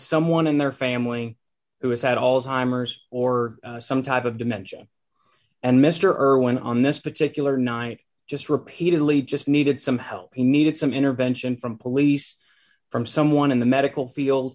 someone in their family who has had all timers or some type of dementia and mr irwin on this particular night just repeatedly just needed some help he needed some intervention from police from someone in the medical field